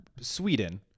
Sweden